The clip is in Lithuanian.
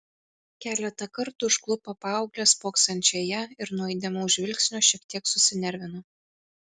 keletą kartų užklupo paauglę spoksančią į ją ir nuo įdėmaus žvilgsnio šiek tiek susinervino